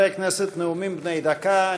חברי הכנסת, נאומים בני דקה.